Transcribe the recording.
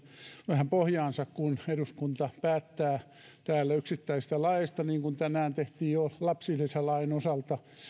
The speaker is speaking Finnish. vähän pohjaansa sitä myöten että eduskunta päättää täällä yksittäisistä laeista niin kuin tänään tehtiin jo lapsilisälain osalta